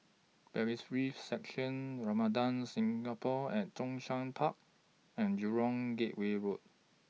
Bailiffs' Section Ramada Singapore At Zhongshan Park and Jurong Gateway Road